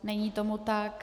Není tomu tak.